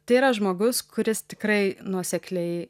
tai yra žmogus kuris tikrai nuosekliai